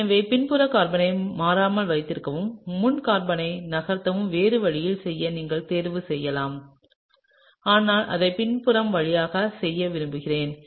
எனவே பின்புற கார்பனை மாறாமல் வைத்திருக்கவும் முன் கார்பனை நகர்த்தவும் வேறு வழியைச் செய்ய நீங்கள் தேர்வு செய்யலாம் ஆனால் அதை பின்வரும் வழியில் செய்ய விரும்புகிறேன்